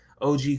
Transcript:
OG